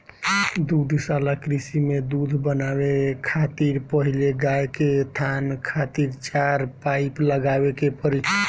दुग्धशाला कृषि में दूध बनावे खातिर पहिले गाय के थान खातिर चार पाइप लगावे के पड़ी